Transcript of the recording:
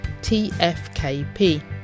tfkp